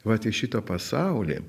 vat į šitą pasaulį